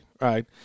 right